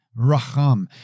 racham